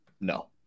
No